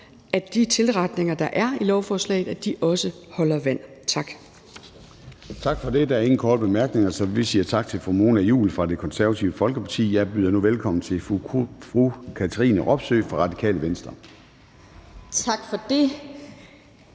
at de tilretninger, der er i lovforslaget, også holder vand. Tak. Kl. 11:23 Formanden (Søren Gade): Tak for det. Der er ingen korte bemærkninger, så vi siger tak til fru Mona Juul fra Det Konservative Folkeparti. Jeg byder nu velkommen til fru Katrine Robsøe fra Radikale Venstre. Kl.